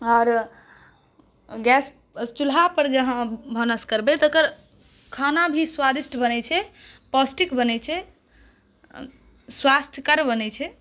आओर गैस चुल्हापर जे अहाँ भानस करबै तकर खाना भी स्वादिष्ट बनै छै पौष्टिक बनै छै स्वास्थ्यकर बनै छै